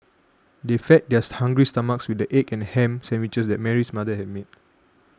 they fed theirs hungry stomachs with the egg and ham sandwiches that Mary's mother had made